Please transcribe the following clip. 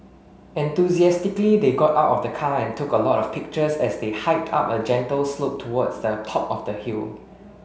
enthusiastically they got out of the car and took a lot of pictures as they hiked up a gentle slope towards the top of the hill